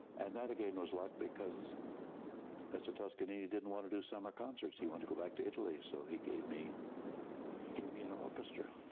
and that again was luck because mr. toscanini didn't want to do summer concerts. he wanted to go back to italy. so he gave me gave me an orchestra.